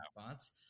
spots